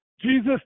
Jesus